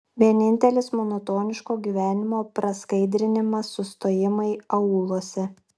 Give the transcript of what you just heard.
vienintelis monotoniško gyvenimo praskaidrinimas sustojimai aūluose